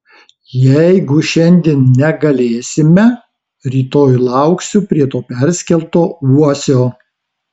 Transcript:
jeigu šiandien negalėsime rytoj lauksiu prie to perskelto uosio